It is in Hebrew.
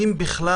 אם בכלל,